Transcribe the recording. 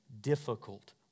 difficult